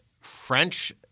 French